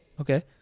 Okay